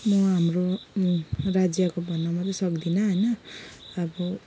म हाम्रो राज्यको भन्न मात्रै सक्दिनँ होइन अब